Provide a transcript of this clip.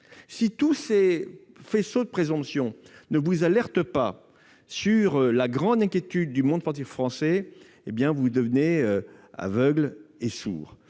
Si tous ces faisceaux de présomption ne vous alertent pas sur la grande inquiétude du monde sportif français, vous devenez aveugle et sourd